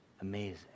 amazing